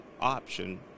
option